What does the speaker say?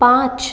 पाँच